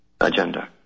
agenda